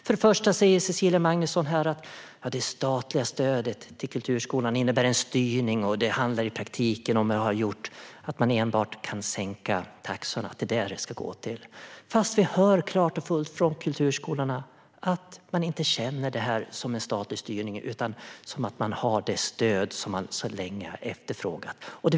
För det första säger Cecilia Magnusson att det statliga stödet till kulturskolan innebär en styrning och att det i praktiken enbart handlar om att det ska gå till att sänka taxorna, fast vi hör klart och tydligt från kulturskolorna att de inte känner det som en statlig styrning utan som att de har det stöd som de så länge har efterfrågat.